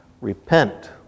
Repent